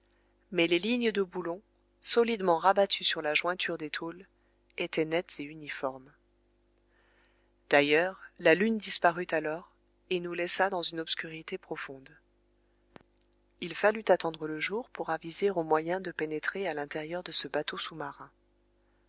mais les lignes de boulons solidement rabattues sur la jointure des tôles étaient nettes et uniformes d'ailleurs la lune disparut alors et nous laissa dans une obscurité profonde il fallut attendre le jour pour aviser aux moyens de pénétrer à l'intérieur de ce bateau sous-marin